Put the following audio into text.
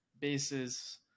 bases